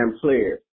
players